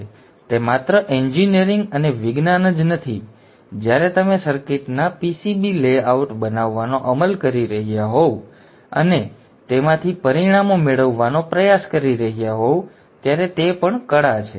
તેથી તે માત્ર એન્જિનિયરિંગ અને વિજ્ઞાન જ નથી જ્યારે તમે સર્કિટના PCB લેઆઉટ બનાવવાનો અમલ કરી રહ્યાં હોવ અને તેમાંથી પરિણામો મેળવવાનો પ્રયાસ કરી રહ્યાં હોવ ત્યારે તે પણ કળા છે